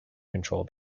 control